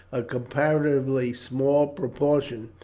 a comparatively small proportion,